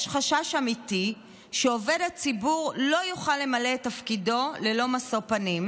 יש חשש אמיתי שעובד הציבור לא יוכל למלא את תפקידו ללא משוא פנים,